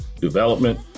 development